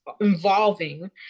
involving